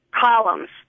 columns